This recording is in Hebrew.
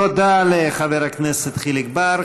תודה לחבר הכנסת חיליק בר.